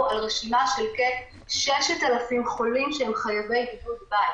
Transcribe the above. על רשימה של כ-6,000 חולים שהם חייבים בידוד בית